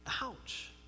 Ouch